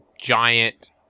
giant